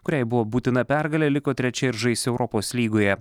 kuriai buvo būtina pergalė liko trečia ir žais europos lygoje